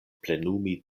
plenumi